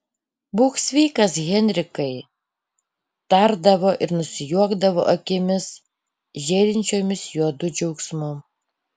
būk sveikas henrikai tardavo ir nusijuokdavo akimis žėrinčiomis juodu džiaugsmu